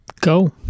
Go